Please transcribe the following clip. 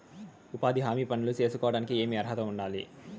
ఉపాధి హామీ పనులు సేసుకోవడానికి ఏమి అర్హత ఉండాలి?